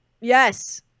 yes